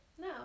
No